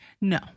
No